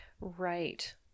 Right